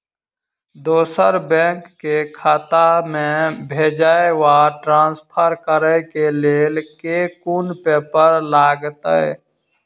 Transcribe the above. दोसर बैंक केँ खाता मे भेजय वा ट्रान्सफर करै केँ लेल केँ कुन पेपर लागतै?